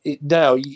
now